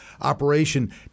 operation